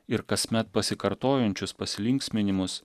ir kasmet pasikartojančius pasilinksminimus